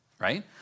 Right